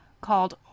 called